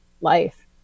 life